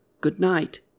Good-night